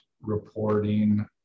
reporting